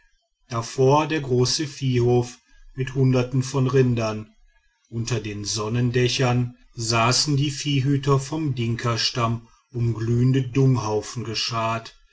davor der große viehhof mit hunderten von rindern unter den sonnendächern saßen die viehhüter vom dinkastamm um glühende dunghaufen geschart